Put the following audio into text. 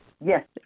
yes